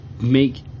make